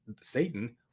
Satan